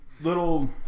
little